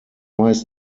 weiß